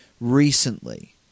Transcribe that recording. recently